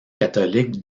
catholiques